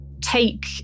take